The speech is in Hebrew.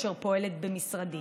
אשר פועלת במשרדי.